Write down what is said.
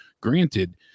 granted